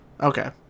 Okay